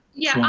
yeah,